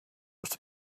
was